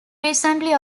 recently